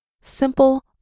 Simple